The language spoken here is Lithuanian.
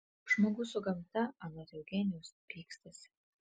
žmogus su gamta anot eugenijaus pykstasi